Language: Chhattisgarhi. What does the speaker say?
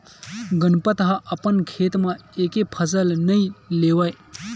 गनपत ह अपन खेत म एके फसल नइ लेवय